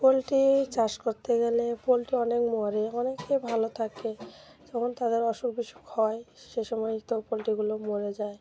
poultry চাষ করতে গেলে পোলট্রি অনেক মরে অনেকেই ভালো থাকে তখন তাদের অসুখ বিসুখ হয় সে সময় তো পোলট্রিগুলো মরে যায়